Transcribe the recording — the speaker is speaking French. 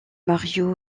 mario